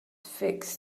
fixed